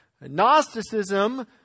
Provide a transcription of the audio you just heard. gnosticism